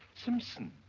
simpson,